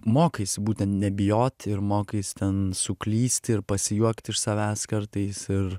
mokaisi būtent nebijot ir mokais ten suklyst ir pasijuokt iš savęs kartais ir